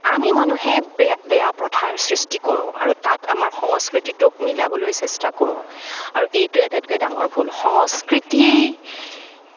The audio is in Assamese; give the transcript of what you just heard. আমি মানুহে বেয়া প্ৰথাৰ সৃষ্টি কৰোঁ আৰু তাত আমাৰ সংস্কৃতিটোক মিলাবলৈ চেষ্টা কৰো আৰু এইটোৱে আটাইতকৈ ডাঙৰ ভুল সংস্কৃতি